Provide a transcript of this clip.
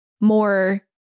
more